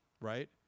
Right